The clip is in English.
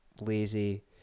lazy